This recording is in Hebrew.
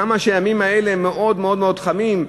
שהימים האלה מאוד מאוד מאוד חמים,